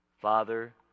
Father